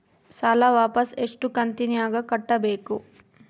ಸಾಲ ವಾಪಸ್ ಎಷ್ಟು ಕಂತಿನ್ಯಾಗ ಕಟ್ಟಬೇಕು?